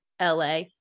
LA